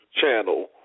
channel